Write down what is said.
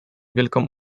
wielką